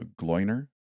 Gloiner